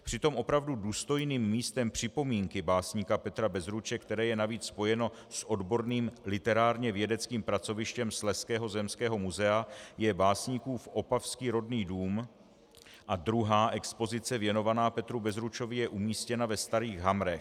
Přitom opravdu důstojným místem připomínky básníka Petra Bezruče, které je navíc spojeno s odborným literárněvědným pracovištěm Slezského zemského muzea, je básníkův opavský rodný dům a druhá expozice věnovaná Petru Bezručovi je umístěna ve Starých Hamrech.